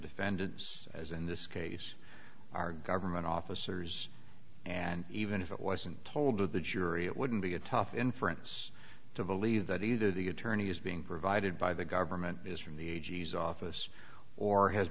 defendant is as in this case our government officers and even if it wasn't told to the jury it wouldn't be a tough inference to believe that either the attorney is being provided by the government is from the a g s office or has